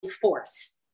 force